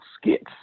skits